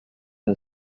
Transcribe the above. the